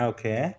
Okay